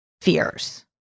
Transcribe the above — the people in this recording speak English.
fears